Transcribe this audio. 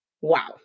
Wow